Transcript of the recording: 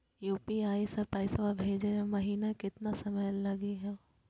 UPI स पैसवा भेजै महिना केतना समय लगही हो?